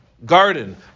Garden